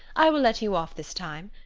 i will let you off this time.